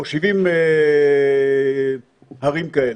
או 70 הרים כאלה.